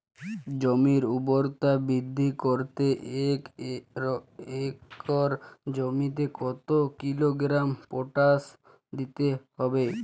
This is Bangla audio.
জমির ঊর্বরতা বৃদ্ধি করতে এক একর জমিতে কত কিলোগ্রাম পটাশ দিতে হবে?